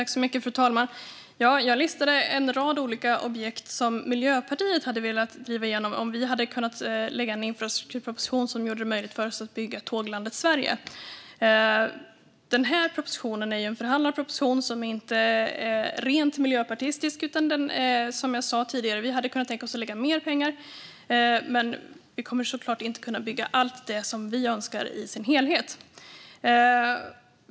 Fru talman! Jag listade en rad olika objekt som Miljöpartiet hade velat driva igenom om vi hade kunnat lägga fram en infrastrukturproposition som gjorde det möjligt för oss att bygga Tåglandet Sverige. Den här propositionen är en förhandlad proposition som inte är rent miljöpartistisk, utan som jag sa tidigare hade vi kunnat tänka oss att lägga mer pengar. Vi kommer såklart inte att kunna bygga allt det som vi önskar i sin helhet.